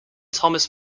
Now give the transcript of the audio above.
thomas